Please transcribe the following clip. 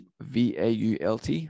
VAULT